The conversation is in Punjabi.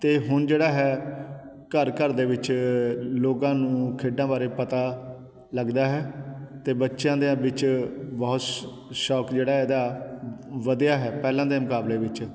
ਅਤੇ ਹੁਣ ਜਿਹੜਾ ਹੈ ਘਰ ਘਰ ਦੇ ਵਿੱਚ ਲੋਕਾਂ ਨੂੰ ਖੇਡਾਂ ਬਾਰੇ ਪਤਾ ਲੱਗਦਾ ਹੈ ਅਤੇ ਬੱਚਿਆਂ ਦਿਆਂ ਵਿੱਚ ਬਹੁਤ ਸ਼ੌਂਕ ਜਿਹੜਾ ਇਹਦਾ ਵਧਿਆ ਹੈ ਪਹਿਲਾਂ ਦੇ ਮੁਕਾਬਲੇ ਵਿੱਚ